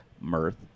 Mirth